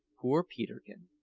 poor peterkin!